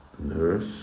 nurse